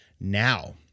Now